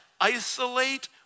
isolate